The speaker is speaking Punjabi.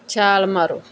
ਛਾਲ ਮਾਰੋ